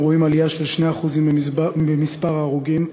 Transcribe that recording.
אנו רואים עלייה של 2% במספר ההרוגים,